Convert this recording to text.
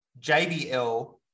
JBL